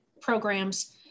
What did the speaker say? programs